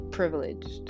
Privileged